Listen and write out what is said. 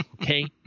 Okay